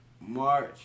March